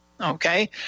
okay